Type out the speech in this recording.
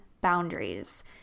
boundaries